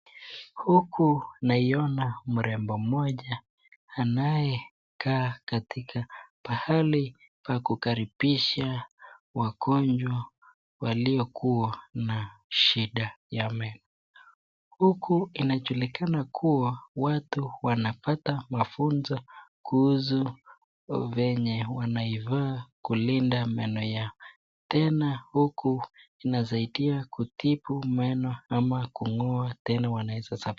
Huku naiyona mrembo moja anaueksa katika pahali pa kukaribisha wagonjwa waliokuwa na shida ya meno, huku inajulikana kuwa watu wanapata mafunzo yenye wanaifaa kulinda meno yao tena huku inazadia kutibu meno ama kungoa tena wanaweza saidia.